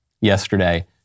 yesterday